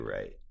right